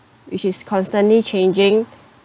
which is constantly changing